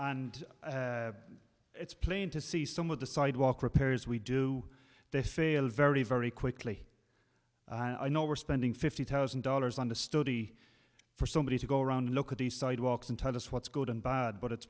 and it's plain to see some of the sidewalk repairs we do they fail very very quickly and i know we're spending fifty thousand dollars on the study for somebody to go around and look at the sidewalks and tell us what's good and bad but it's